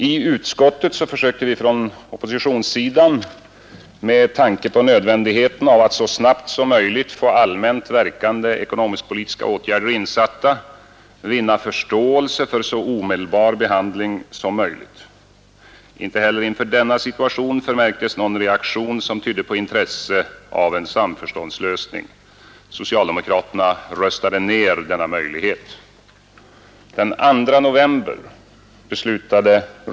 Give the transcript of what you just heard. I utskottet försökte vi från oppositionssidan, med tanke på nödvändigheten av att så snabbt som möjligt få allmänt verkande ekonomiskpolitiska åtgärder insatta, vinna förståelse för så omedelbar behandling som möjligt. Inte heller inför denna situation förmärktes någon reaktion som tydde på intresse av en samförståndslösning. Socialdemokraterna röstade ner denna möjlighet.